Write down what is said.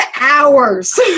hours